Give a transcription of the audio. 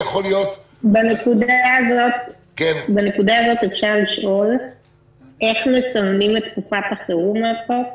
בנקודה הזאת אפשר לשאול איך מסמנים את תקופת החירום הזאת,